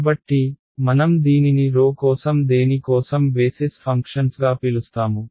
కాబట్టి మనం దీనిని rho కోసం దేని కోసం బేసిస్ ఫంక్షన్స్గా పిలుస్తాము